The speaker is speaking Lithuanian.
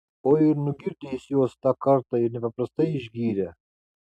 oi ir nugirdė jis juos tą kartą ir nepaprastai išgyrė